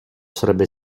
sarebbe